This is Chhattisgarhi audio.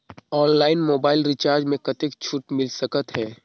ऑनलाइन मोबाइल रिचार्ज मे कतेक छूट मिल सकत हे?